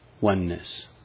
oneness